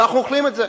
ואנחנו אוכלים את זה,